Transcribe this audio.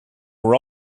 were